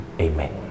Amen